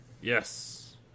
Yes